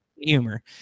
humor